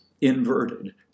inverted